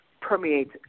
permeates